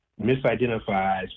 misidentifies